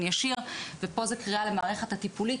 ישיר ופה זה קריאה למערכת הטיפולית,